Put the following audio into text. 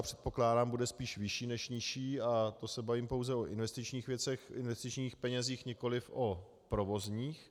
Předpokládám, že ta částka bude spíše vyšší než nižší, a to se bavím pouze o investičních věcech, investičních penězích, nikoliv o provozních.